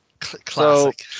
classic